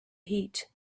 heat